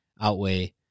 outweigh